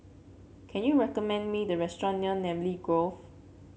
can you recommend me the restaurant near Namly Grove